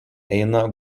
eina